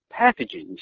pathogens